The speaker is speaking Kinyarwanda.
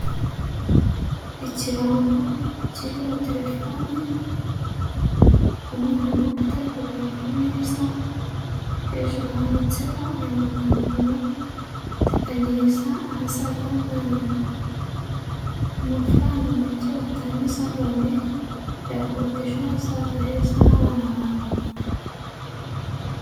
Ikirango kiriho terefone, umwana utari kugaragara neza, hejuru handitseho aya magambo ngo" teganyiriza ahazaza h'umwana wawe" amafaranga make watangiza none, yakubaka ejo hazaza heza h'abana bawe.